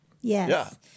Yes